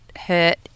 hurt